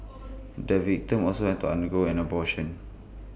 the victim also had to undergo an abortion